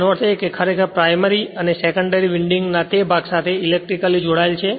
તેનો અર્થ એ કે ખરેખર પ્રાઇમરી અને સેકન્ડરી વિન્ડિંગ ના તે ભાગ સાથે ઇલેક્ટ્રિકલી જોડાય છે